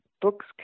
books